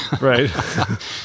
right